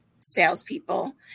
Salespeople